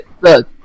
look